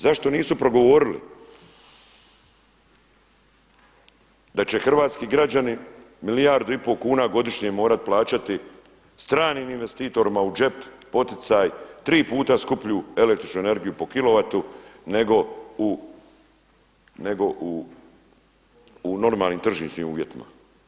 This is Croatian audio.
Zašto nisu progovorili da će hrvatski građani milijardu i pol kuna godišnje morati plaćati stranim investitorima u džep poticaj, tri puta skuplju električnu energiju po kilovatu nego u normalnim tržišnim uvjetima.